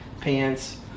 pants